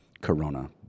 Corona